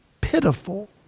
pitiful